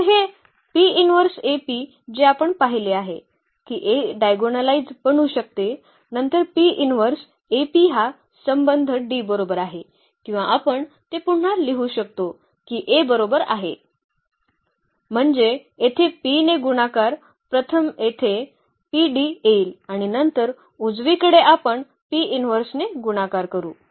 तर हे जे आपण पाहिले आहे की A डायगोनलायइझ बनू शकते नंतर हा संबंध D बरोबर आहे किंवा आपण ते पुन्हा लिहू शकतो की A बरोबर आहे म्हणजे येथे P ने गुणाकार प्रथम येथे PD येईल आणि नंतर उजवीकडे आपण ने गुणाकार करू